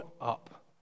up